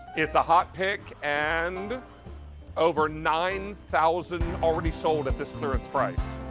it's a hot pick. and over nine thousand already sold at this clearance price.